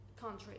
country